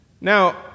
Now